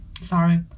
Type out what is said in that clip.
Sorry